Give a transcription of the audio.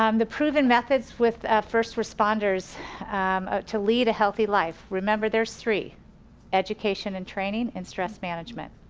um the proven methods with first responders to lead a healthy life, remember there's three education and training, and stress management.